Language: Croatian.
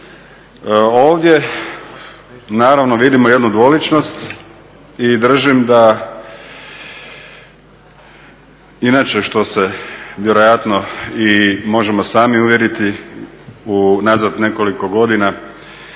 Ovdje naravno vidimo jednu dvoličnost i držim da inače što se vjerojatno i možemo sami uvjeriti unazad nekoliko godina